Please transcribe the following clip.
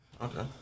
Okay